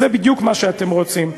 זה בדיוק מה שאתם רוצים.